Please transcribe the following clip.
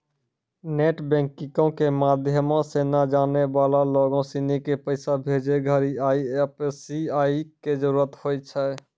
net बैंकिंगो के माध्यमो से नै जानै बाला लोगो सिनी के पैसा भेजै घड़ि आई.एफ.एस.सी संख्या के जरूरत होय छै